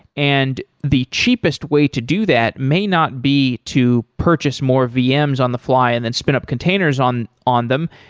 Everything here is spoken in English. and the cheapest way to do that may not be to purchase more vms on the fly and then spin up containers on on them,